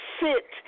sit